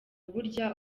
burya